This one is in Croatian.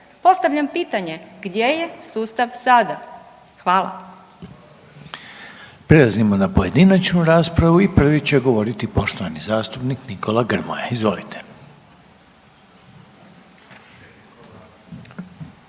Postavljam pitanje gdje je sustav sada? Hvala.